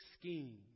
scheme